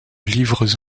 livres